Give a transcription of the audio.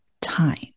time